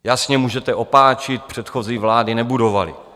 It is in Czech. Jasně, můžete opáčit, předchozí vlády nebudovaly.